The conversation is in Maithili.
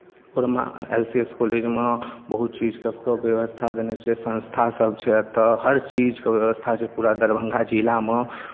ओहिमे एल सी एस कॉलेजमे बहुत चीज सभके व्यवस्था देने छै संस्थासभ छै एतय हर चीजके व्यवस्थासभ छै पूरा दरभंगा जिलामे